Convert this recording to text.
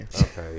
Okay